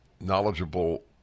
knowledgeable